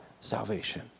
salvation